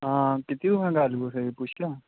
हां कीती ही तुसें गल्ल कुसै ई पुच्छेआ हा